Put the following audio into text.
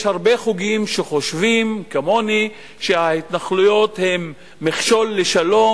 יש הרבה חוגים שחושבים כמוני שההתנחלויות הן מכשול לשלום